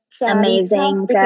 Amazing